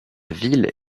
ville